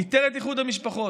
והוא ביטל את איחוד המשפחות.